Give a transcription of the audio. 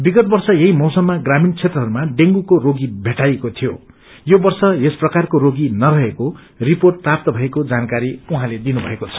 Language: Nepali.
विगत वर्ष यही मौसममा ग्रामीण क्षेत्रहरूमा डेंगुको रोगी भेटाइएको शियो यो वर्ष यस प्रकारको रोगी नरहेको रिर्पोट प्राप्त भएको जानकारी उहाँले दिनुभएको छ